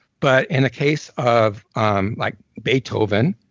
but in a case of um like beethoven,